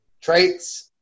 traits